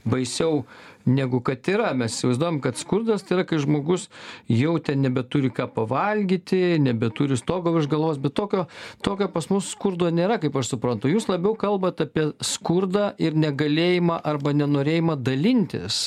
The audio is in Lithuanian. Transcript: baisiau negu kad yra mes įsivaizduojam kad skurdas tai yra kai žmogus jautė nebeturi ką pavalgyti nebeturi stogo virš galvos bet tokio tokio pas mus skurdo nėra kaip aš suprantu jūs labiau kalbat apie skurdą ir negalėjimą arba nenorėjimą dalintis